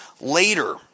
later